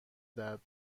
درد